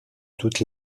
toute